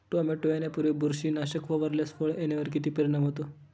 Tomato येण्यापूर्वी बुरशीनाशक फवारल्यास फळ येण्यावर किती परिणाम होतो?